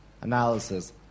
analysis